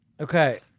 Okay